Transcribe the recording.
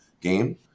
game